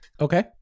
Okay